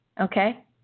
Okay